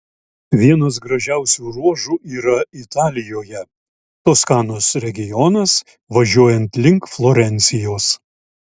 vienas gražiausių ruožų yra italijoje toskanos regionas važiuojant link florencijos